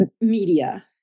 media